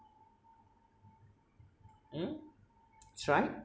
mm right